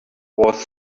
was